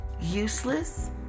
useless